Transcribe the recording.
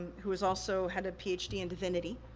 who has also had a ph d in divinity,